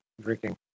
drinking